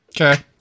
Okay